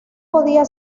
podía